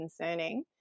concerning